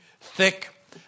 thick